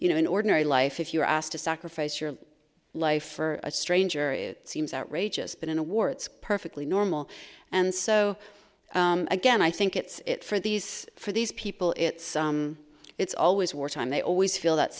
you know in ordinary life if you're asked to sacrifice your life for a stranger it seems outrageous but in a war it's perfectly normal and so again i think it's for these for these people it's it's always wartime they always feel that